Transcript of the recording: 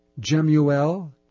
Jemuel